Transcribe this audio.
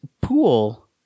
pool